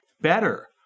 better